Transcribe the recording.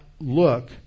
look